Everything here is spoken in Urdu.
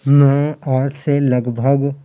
میں آج سے لگ بھگ